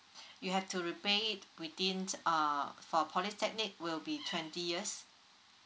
you have to repair it within uh for polytechnic will be twenty years